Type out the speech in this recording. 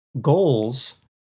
goals